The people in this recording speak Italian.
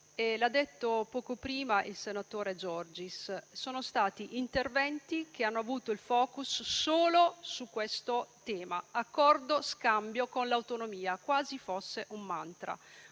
l'ha detto poco fa il senatore Giorgis - sono stati interventi che hanno avuto il *focus* solo sul tema dell'accordo-scambio con l'autonomia, quasi fosse un *mantra*.